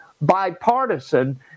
bipartisan